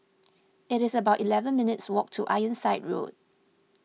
it's about eleven minutes' walk to Ironside Road